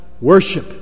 worship